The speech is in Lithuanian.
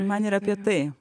man ir apie tai